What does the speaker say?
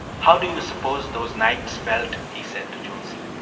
how do you suppose those knights felt, he said to jonesy,